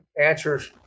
answers